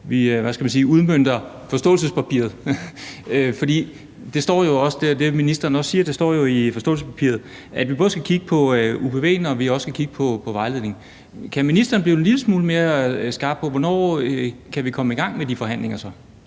ministeren også siger, står det jo i forståelsespapiret, at vi både skal kigge på UPV'en og på vejledningen. Kan ministeren blive en lille smule mere skarp på, hvornår vi så kan komme i gang med de forhandlinger?